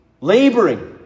laboring